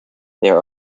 there